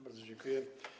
Bardzo dziękuję.